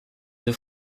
deux